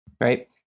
right